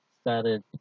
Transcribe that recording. started